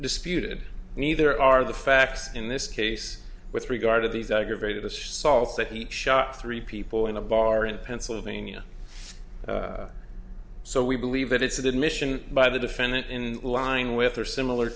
disputed neither are the facts in this case with regard to these aggravated assaults that he shot three people in a bar in pennsylvania so we believe that it's admission by the defendant in lying with or similar